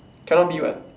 cannot be [what]